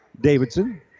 Davidson